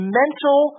mental